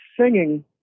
singing